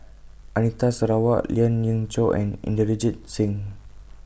Anita Sarawak Lien Ying Chow and Inderjit Singh